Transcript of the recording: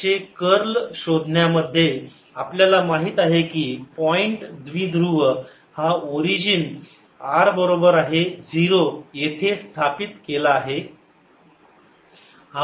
M0 आता H चे curl शोधण्यामध्ये आपल्याला माहित आहे की पॉईंट द्विध्रुव हा ओरिजिन r बरोबर आहे 0 येथे स्थापित केला आहे